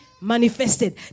manifested